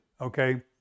okay